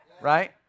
Right